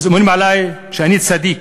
אומרים עלי שאני צדיק.